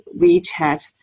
wechat